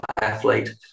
athlete